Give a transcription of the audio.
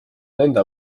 nende